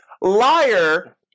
Liar